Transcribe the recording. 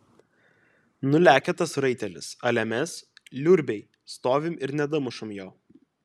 nu lekia tas raitelis ale mes liurbiai stovim ir nedamušam jo